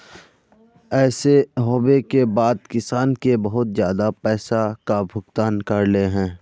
ऐसे होबे के बाद किसान के बहुत ज्यादा पैसा का भुगतान करले है?